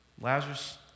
Lazarus